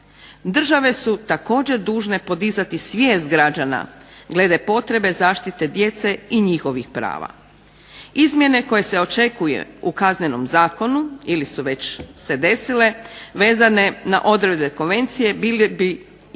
Države su također dužne podizati svijest građana glede potrebe zaštite djece i njihovih prava. Izmjene koje se očekuje u Kaznenom zakonu ili su već se desile vezane na odredbe konvencije moraju biti